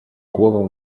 głowę